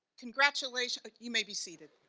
congratulations, you may be seated